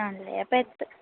ആണല്ലേ എപ്പം എത്തും